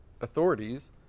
authorities